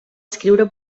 escriure